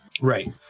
Right